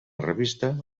revista